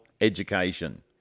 education